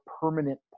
permanent